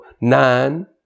nine